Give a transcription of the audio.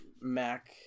Mac